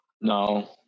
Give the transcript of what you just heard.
No